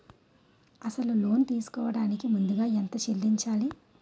అసలు లోన్ తీసుకోడానికి ముందుగా ఎంత చెల్లించాలి?